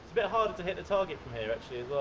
bit harder to hit the target from here actually,